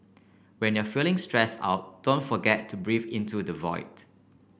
when you are feeling stress out don't forget to breathe into the void